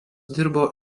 dirbo